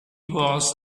was